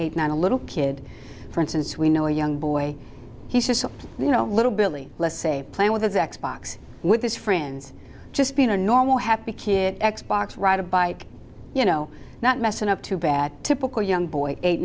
eight nine a little kid for instance we know a young boy he's just you know a little billy let's say playing with his x box with his friends just being a normal happy kid x box ride a bike you know not messing up too bad typical young boy eight